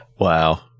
Wow